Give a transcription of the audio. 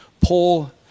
Paul